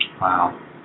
Wow